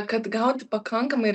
kad gauti pakankamai